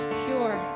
pure